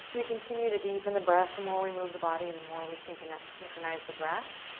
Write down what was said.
so we continue to deepen the breath. the more we move the body, the more we synchronize synchronize the breath.